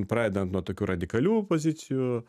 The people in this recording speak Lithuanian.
pradedant nuo tokių radikalių pozicijų